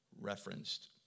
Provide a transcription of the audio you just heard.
referenced